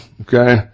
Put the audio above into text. okay